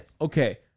okay